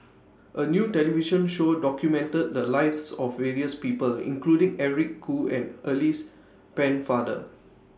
A New television Show documented The Lives of various People including Eric Khoo and Alice Pennefather